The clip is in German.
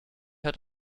hat